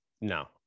no